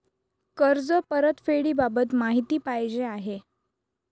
कर्ज परतफेडीबाबत माहिती पाहिजे आहे